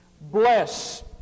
Bless